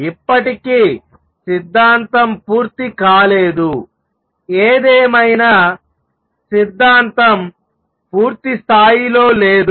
ఇప్పటికీ సిద్ధాంతం పూర్తి కాలేదు ఏదేమైనా సిద్ధాంతం పూర్తిస్థాయిలో లేదు